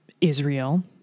Israel